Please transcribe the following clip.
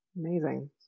Amazing